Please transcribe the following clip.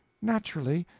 naturally.